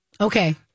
Okay